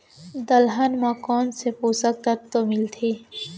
दलहन म कोन से पोसक तत्व मिलथे?